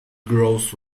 grows